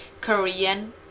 Korean